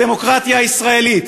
בדמוקרטיה הישראלית,